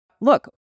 look